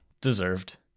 deserved